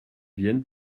vienne